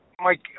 Mike